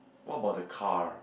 what about the car